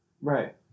right